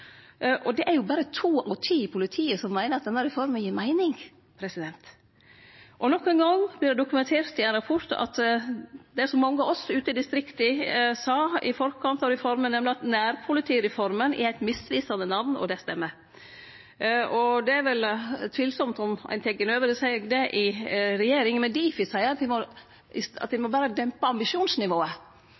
Det er berre to av ti i politiet som meiner at denne reforma gir meining. Nok ein gong vert det som mange av oss ute i distrikta sa i forkant av reforma, dokumentert i ein rapport, nemleg at nærpolitireforma er eit misvisande namn – og det stemmer. Det er tvilsamt at ein tek det inn over seg i regjeringa, men Difi seier at ein berre må dempe ambisjonsnivået. Eg høyrde at forsvarsministeren sa at ein